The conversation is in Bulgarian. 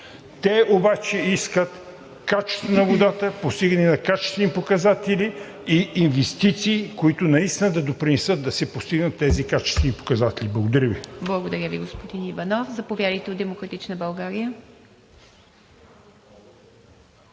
Те обаче искат качество на водата, постигане на качествени показатели и инвестиции, които наистина да допринесат, да се постигнат тези качествени показатели. Благодаря Ви. ПРЕДСЕДАТЕЛ ИВА МИТЕВА: Благодаря Ви, господин Иванов. Заповядайте от „Демократична България“.